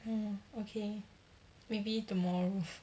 mm okay maybe tomorrow